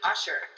Usher